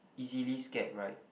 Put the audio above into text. easily scared right